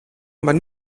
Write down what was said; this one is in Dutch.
maar